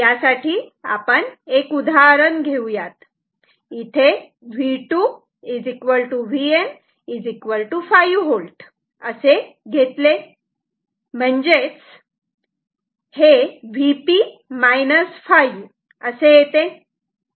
यासाठी आपण एक उदाहरण घेऊयात इथे V2 Vn 5V असे घेतले म्हणजेच हे Vp 5 असे येते